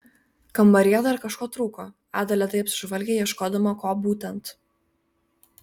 kambaryje dar kažko trūko ada lėtai apsižvalgė ieškodama ko būtent